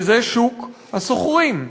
וזה שוק השוכרים.